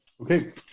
Okay